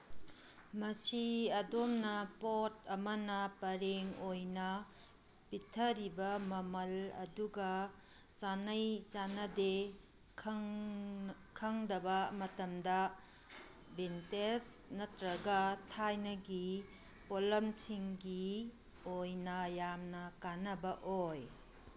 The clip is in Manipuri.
ꯃꯁꯤ ꯑꯗꯣꯝꯅ ꯄꯣꯠ ꯑꯃꯅ ꯄꯔꯦꯡ ꯑꯣꯏꯅ ꯄꯤꯊꯔꯤꯕ ꯃꯃꯜ ꯑꯗꯨꯒ ꯆꯥꯅꯩ ꯆꯥꯅꯗꯦ ꯈꯪꯗꯕ ꯃꯇꯝꯗ ꯚꯤꯟꯇꯦꯖ ꯅꯠꯇ꯭ꯔꯒ ꯊꯥꯏꯅꯒꯤ ꯄꯣꯠꯂꯝꯁꯤꯡꯒꯤ ꯑꯣꯏꯅ ꯌꯥꯝꯅ ꯀꯥꯅꯕ ꯑꯣꯏ